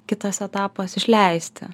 kitas etapas išleisti